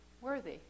worthy